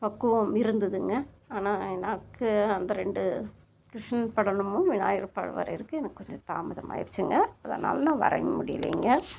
பக்குவம் இருந்ததுங்க ஆனால் எனக்கு அந்த ரெண்டு கிருஷ்ணன் படமும் விநாயகர் படம் வரைகிறக்கு எனக்கு கொஞ்சம் தாமதமாகிடுச்சுங்க அதனால் நான் வரைய முடியலைங்க